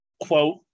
quote